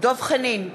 דב חנין,